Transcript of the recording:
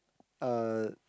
uh